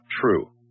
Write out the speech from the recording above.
true